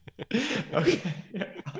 okay